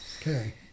okay